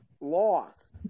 lost